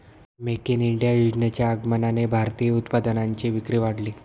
make in India योजनेच्या आगमनाने भारतीय उत्पादनांची विक्री वाढली